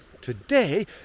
Today